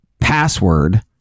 password